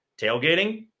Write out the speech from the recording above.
Tailgating